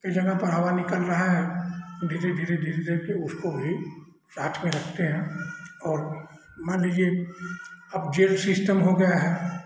कई जगह पर हवा निकल रहा है धीरे धीरे धीरे करके उसको भी साथ में रखते हैं और मान लीजिए अब जेल सिस्टम हो गया है